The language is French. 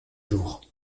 jour